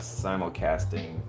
simulcasting